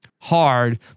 hard